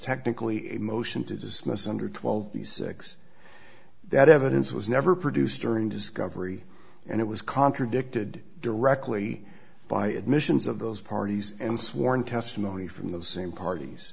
technically a motion to dismiss under twelve b six that evidence was never produced during discovery and it was contradicted directly by admissions of those parties and sworn testimony from the same parties